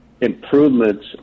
improvements